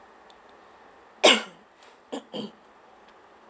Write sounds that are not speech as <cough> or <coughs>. <coughs> <coughs>